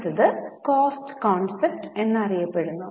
അടുത്തത് cost concept എന്നറിയപ്പെടുന്നു